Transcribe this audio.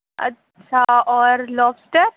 اچھا اور لوگسٹر